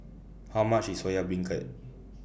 How much IS Soya Beancurd